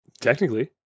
Technically